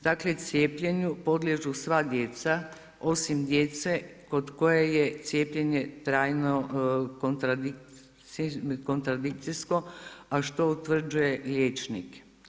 Dakle, cijepljenju podliježu sva djeca osim djece kod koje je cijepljenje trajno kontradikcijsko, a što utvrđuje liječnik.